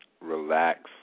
relax